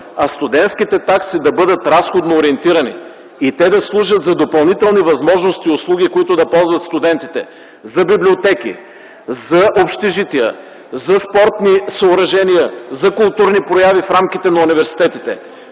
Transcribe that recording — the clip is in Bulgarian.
а студентските такси да бъдат разходно ориентирани и те да служат за допълнителни възможности и услуги, които да ползват студентите – за библиотеки, за общежития, за спортни съоръжения, за културни прояви в рамките на университетите.